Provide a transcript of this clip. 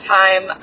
time